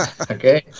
okay